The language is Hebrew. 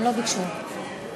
הצבעה